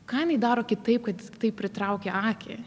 ką jinai daro kitaip kad taip pritraukia akį